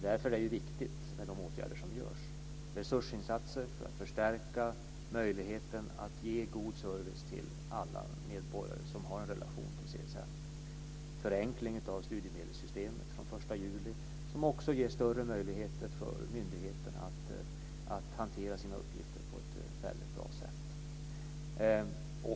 Därför är det viktigt med de åtgärder som görs: resursinsatser för att förstärka möjligheten att ge god service till alla medborgare som har en relation till CSN och förenkling av studiemedelssystemet från den 1 juli, som också ger större möjligheter för myndigheten att hantera sina uppgifter på ett väldigt bra sätt.